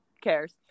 cares